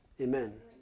Amen